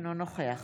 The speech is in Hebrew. אינו נוכח